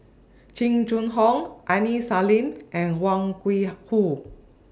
Jing Jun Hong Aini Salim and Wang Gungwu